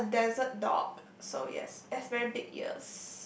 a desert dog so yes it has very big ear